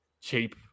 cheap